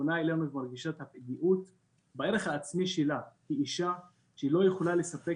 שפונה אלינו ומרגישה את הפגיעה בערך העצמי שלה כאישה שהיא לא יכולה לספק